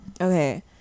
Okay